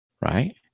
right